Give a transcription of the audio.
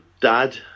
dad